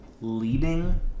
leading